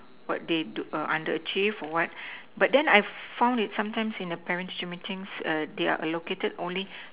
what they do err underachieve or what but then I found that sometimes in a parent teacher meeting err they are allocated only